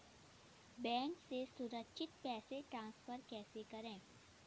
Bank से सुरक्षित पैसे ट्रांसफर कैसे करें?